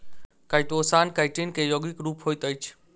chitosan chitin के यौगिक रूप होइत अछि